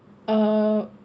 uh